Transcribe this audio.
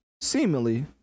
seemingly